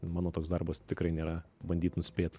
mano toks darbas tikrai nėra bandyt nuspėt